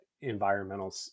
environmental